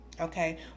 Okay